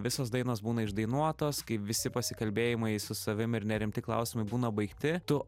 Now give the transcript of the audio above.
visos dainos būna išdainuotos kai visi pasikalbėjimai su savim ir nerimti klausimai būna baigti tu